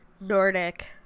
nordic